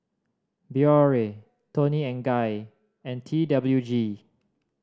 Biore Toni and Guy and T W G